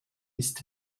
ist